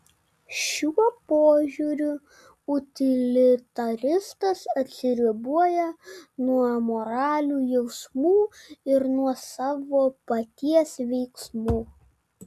šiuo požiūriu utilitaristas atsiriboja nuo moralių jausmų ir nuo savo paties veiksmų